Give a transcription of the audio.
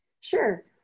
Sure